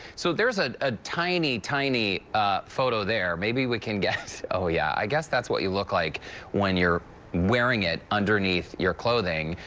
so there's ah a tiny, tiny photo there. maybe we can get oh, yeah, i guess that's what you look like when you're wearing it underneath your clothing.